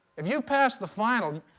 if you passed the final,